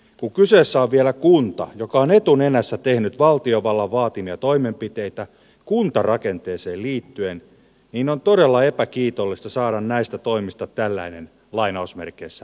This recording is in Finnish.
kun kyseessä on vielä kunta joka on etunenässä tehnyt valtiovallan vaatimia toimenpiteitä kuntarakenteeseen liittyen on todella epäkiitollista saada näistä toimista tällainen palkinto